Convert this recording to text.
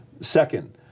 Second